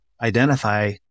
identify